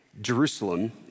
Jerusalem